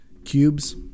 Cubes